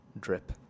drip